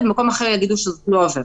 במקום אחר יגידו שזאת לא עברה.